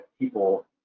people